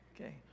Okay